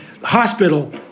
hospital